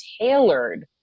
tailored